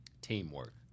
Teamwork